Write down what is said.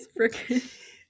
freaking